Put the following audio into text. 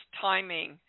timing